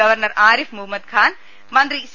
governor Arif Mohammed Khan മന്ത്രി C